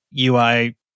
UI